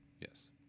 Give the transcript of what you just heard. Yes